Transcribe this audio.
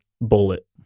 Bullet